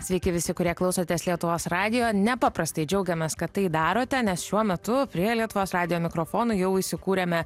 sveiki visi kurie klausotės lietuvos radijo nepaprastai džiaugiamės kad tai darote nes šiuo metu prie lietuvos radijo mikrofonų jau įsikūrėme